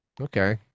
okay